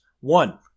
One